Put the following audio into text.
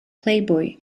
playboy